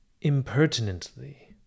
impertinently